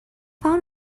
found